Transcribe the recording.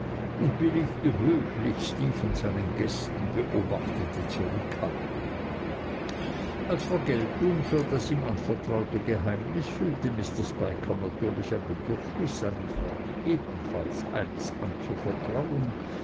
und billigte höchlichst die von seinen gästen beobachtete zurückhaltung als vergeltung für das ihm anvertraute geheimnis fühlte mr spiker natürlich ein bedürfnis seinem freunde ebenfalls eins anzuvertrauen